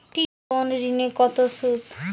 কোন ঋণে কত সুদ?